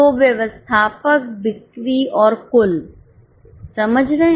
तो व्यवस्थापक बिक्री और कुलसमझ रहे हैं